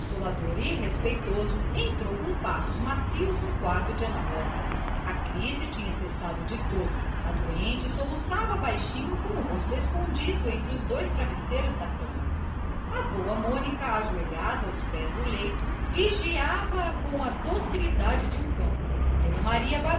e respeitoso entrou com passos macios no aposento de ana rosa a crise tinha cessado de todo a doente soluçava baixinho com o rosto escondido entre dois travesseiros a boa mónica ajoelhada aos pés dela vigiava a com a docilidade de um cão d maria